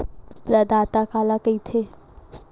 प्रदाता काला कइथे?